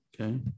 Okay